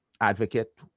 advocate